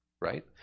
right